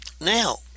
Now